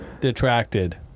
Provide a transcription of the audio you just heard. Detracted